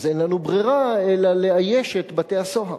אז אין לנו ברירה אלא לאייש את בתי-הסוהר.